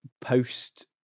post